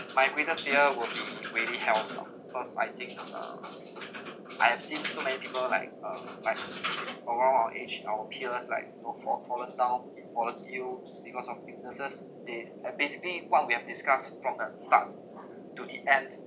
my greatest fear will be really health lah cause I think uh I have seen so many people like uh like around our age our peers like know fall fallen down it fallen ill because of weaknesses they have basically what we have discussed from the start to the end